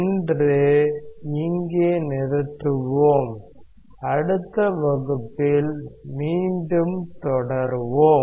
இன்று இங்கே நிறுத்துவோம் அடுத்த வகுப்பில் மீண்டும் தொடருவோம்